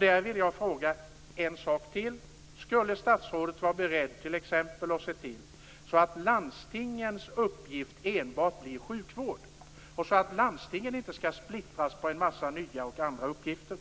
Här vill jag fråga en sak till. Skulle statsrådet vara beredd att t.ex. se till att landstingens uppgift enbart blir sjukvård så att landstingen inte skall splittras på en mängd nya och andra uppgifter?